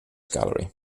gallery